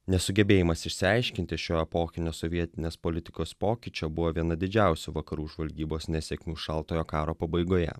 nesugebėjimas išsiaiškinti šio epochinio sovietinės politikos pokyčio buvo viena didžiausių vakarų žvalgybos nesėkmių šaltojo karo pabaigoje